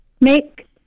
make